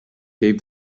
gave